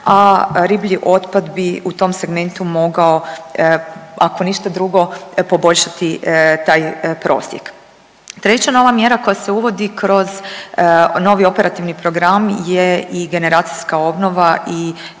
a riblji otpad bi u tom segmentu mogao ako ništa drugo poboljšati taj prosjek. Treća nova mjera koja se uvodi kroz novi Operativni program je i generacijska obnova i